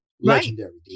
legendary